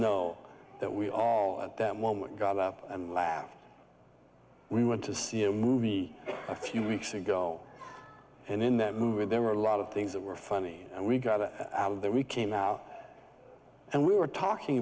know that we all at that moment got up and laughed we went to see a movie a few weeks ago and in that movie there were a lot of things that were funny and we got it out of there we came out and we were talking